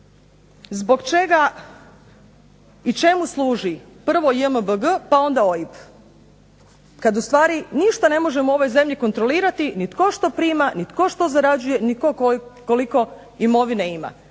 zbog čega i čemu služi prvo JMBG pa onda OIB? Kad ustvari ništa ne možemo u ovoj zemlji kontrolirati ni tko što prima, ni tko što zarađuje, ni tko koliko imovine ima.